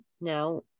now